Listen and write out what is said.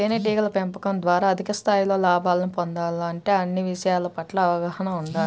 తేనెటీగల పెంపకం ద్వారా అధిక స్థాయిలో లాభాలను పొందాలంటే అన్ని విషయాల పట్ల అవగాహన ఉండాలి